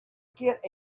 get